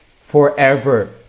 forever